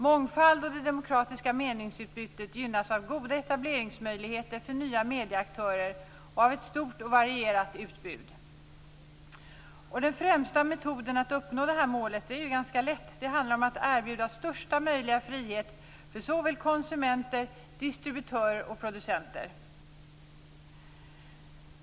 Mångfalden och det demokratiska meningsutbudet gynnas av goda etableringsmöjligheter för nya medieaktörer och av ett stort och varierat utbud. Den främsta metoden för att uppnå detta mål är att erbjuda största möjliga frihet för såväl konsumenter som distributörer och producenter.